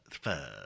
First